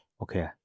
Okay